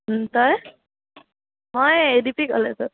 তই মই A D P কলেজত